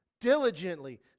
diligently